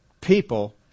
People